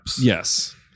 Yes